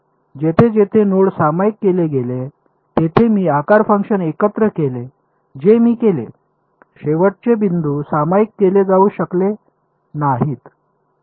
जेथे जेथे नोड सामायिक केले गेले तेथे मी आकार फंक्शन एकत्र केले जे मी केले शेवटचे बिंदू सामायिक केले जाऊ शकले नाहीत